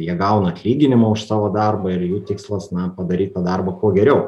jie gauna atlyginimą už savo darbą ir jų tikslas na padaryt tą darbą kuo geriau